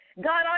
God